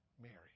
Mary